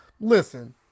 Listen